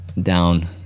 down